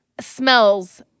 smells